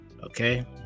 okay